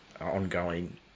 ongoing